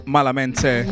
Malamente